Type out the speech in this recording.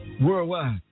worldwide